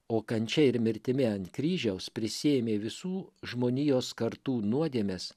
o kančia ir mirtimi ant kryžiaus prisiėmė visų žmonijos kartų nuodėmes